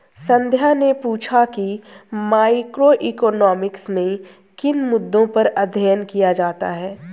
संध्या ने पूछा कि मैक्रोइकॉनॉमिक्स में किन मुद्दों पर अध्ययन किया जाता है